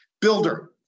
Builder